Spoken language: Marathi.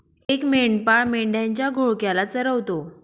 एक मेंढपाळ मेंढ्यांच्या घोळक्याला चरवतो